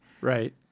Right